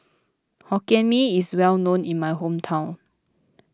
Hokkien Mee is well known in my hometown